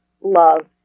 love